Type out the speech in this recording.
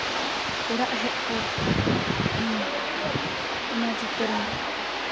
ᱚᱲᱟᱜ ᱦᱮᱡ ᱯᱚᱨ ᱤᱧ ᱚᱱᱟ ᱪᱤᱛᱟᱹᱨᱤᱧ